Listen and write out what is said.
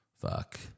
fuck